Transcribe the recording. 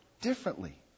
differently